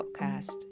podcast